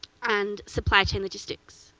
and supply chain logistics.